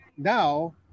now